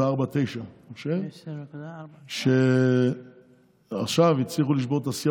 10.49. עכשיו הצליחו לשבור את השיא